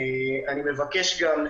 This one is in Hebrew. אני מבקש גם,